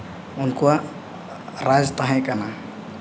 ᱩᱱᱠᱩᱣᱟᱜ ᱨᱟᱡᱽ ᱛᱟᱦᱮᱸᱠᱟᱱᱟ